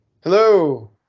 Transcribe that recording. Hello